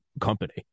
company